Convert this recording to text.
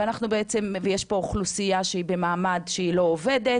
ויש פה אוכלוסייה שהיא במעמד שהיא לא עובדת,